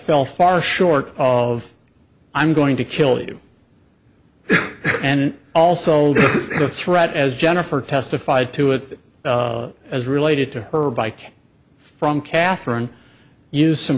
fell far short of i'm going to kill you and also the threat as jennifer testified to it as related to her bike from catherine use some